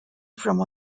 from